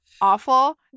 awful